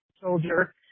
soldier